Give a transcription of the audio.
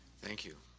thank you.